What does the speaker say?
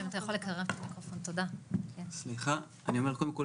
ככה שומעת את הדיונים,